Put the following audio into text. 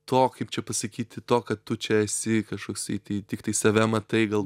to kaip čia pasakyti to kad tu čia esi kažkoks tai tiktai save matai gal